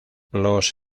los